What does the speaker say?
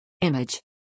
Image